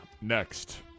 Next